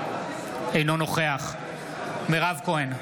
אינו נוכח מירב כהן,